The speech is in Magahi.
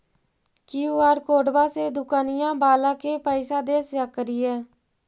कियु.आर कोडबा से दुकनिया बाला के पैसा दे सक्रिय?